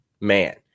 man